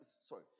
Sorry